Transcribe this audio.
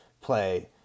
play